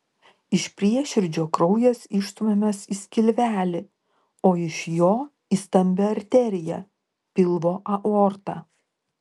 iš prieširdžio kraujas išstumiamas į skilvelį o iš jo į stambią arteriją pilvo aortą